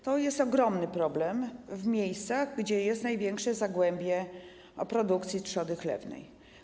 To jest ogromny problem w miejscach, gdzie jest największe zagłębie produkcji trzody chlewnej.